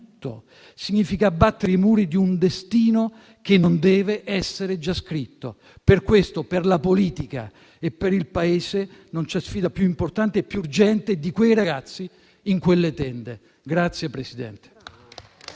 significa abbattere i muri di un destino che non deve essere già scritto. Per questo, per la politica e per il Paese, non c'è sfida più importante e più urgente di quei ragazzi, in quelle tende.